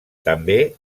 també